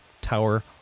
Tower